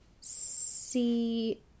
see